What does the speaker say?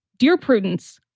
dear prudence,